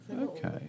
Okay